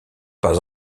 pas